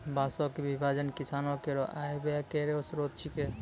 बांसों क विभाजन किसानो केरो आय व्यय केरो स्रोत छिकै